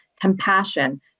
compassion